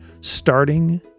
starting